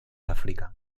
áfrica